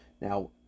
Now